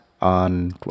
on